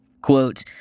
Quote